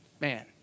Man